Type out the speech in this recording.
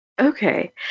Okay